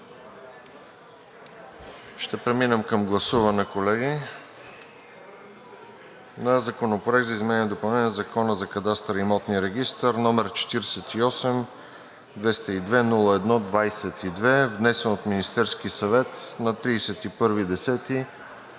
Ще преминем към гласуване, колеги, на Законопроект за изменение и допълнение на Закона за кадастъра и имотния регистър, № 48-202-01-22, внесен от Министерския съвет на 31